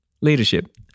leadership